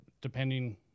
depending